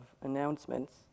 announcements